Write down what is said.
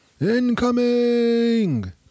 Incoming